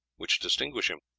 which distinguish him.